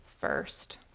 first